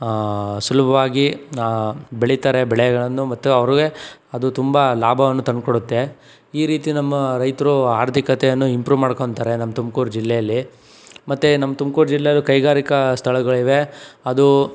ಸುಲಭವಾಗಿ ಬೆಳೀತಾರೆ ಬೆಳೆಗಳನ್ನು ಮತ್ತು ಅವರಿಗೆ ಅದು ತುಂಬ ಲಾಭವನ್ನು ತಂದ್ಕೊಡುತ್ತೆ ಈ ರೀತಿ ನಮ್ಮ ರೈತರು ಆರ್ಥಿಕತೆಯನ್ನು ಇಂಪ್ರೂವ್ ಮಾಡ್ಕೋತಾರೆ ನಮ್ಮ ತುಮಕೂರು ಜಿಲ್ಲೆಯಲ್ಲಿ ಮತ್ತೆ ನಮ್ಮ ತುಮಕೂರು ಜಿಲ್ಲೆಯಲ್ಲೂ ಕೈಗಾರಿಕಾ ಸ್ಥಳಗಳಿವೆ ಅದು